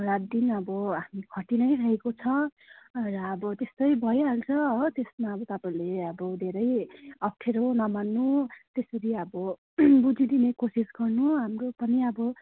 रात दिन अब हामी खटी नै रहेको छ र अब त्यस्तै भइहाल्छ हो त्यसमा अब तपाईँहरूले अब धेरै अप्ठ्यारो नमान्नु त्यसरी अब बुझिदिने कोसिस गर्नु हाम्रो पनि अब